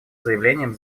заявлением